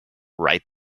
right